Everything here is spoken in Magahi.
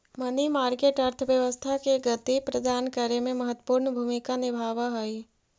मनी मार्केट अर्थव्यवस्था के गति प्रदान करे में महत्वपूर्ण भूमिका निभावऽ हई